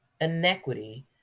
inequity